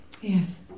Yes